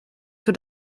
für